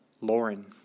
Lauren